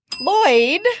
Lloyd